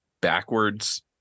backwards